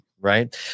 right